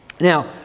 Now